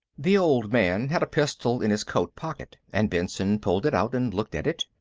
the old man had a pistol in his coat pocket, and benson pulled it out and looked at it,